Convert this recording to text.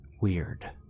weird